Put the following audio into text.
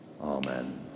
Amen